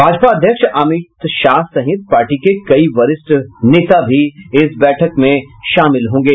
भाजपा अध्यक्ष अमित शाह सहित पार्टी के कई वरिष्ठ पार्टी नेता भी इस बैठक में शामिल होंगे